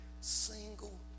single